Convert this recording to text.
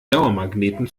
dauermagneten